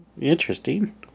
Interesting